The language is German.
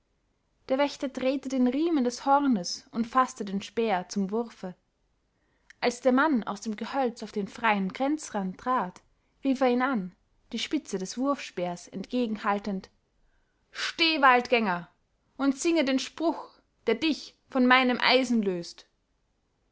der wächter drehte den riemen des hornes und faßte den speer zum wurfe als der mann aus dem gehölz auf den freien grenzrand trat rief er ihn an die spitze des wurfspeers entgegenhaltend steh waldgänger und singe den spruch der dich von meinem eisen löst